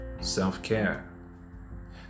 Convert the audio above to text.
self-care